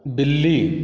ਬਿੱਲੀ